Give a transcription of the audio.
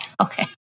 Okay